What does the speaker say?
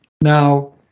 Now